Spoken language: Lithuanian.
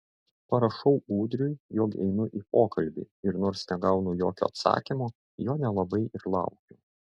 parašau ūdriui jog einu į pokalbį ir nors negaunu jokio atsakymo jo nelabai ir laukiu